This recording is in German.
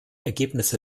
ergebnisse